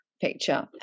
picture